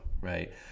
right